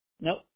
Nope